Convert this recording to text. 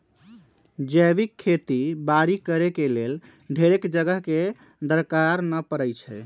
जैविक खेती बाड़ी करेके लेल ढेरेक जगह के दरकार न पड़इ छइ